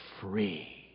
free